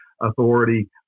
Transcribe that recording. authority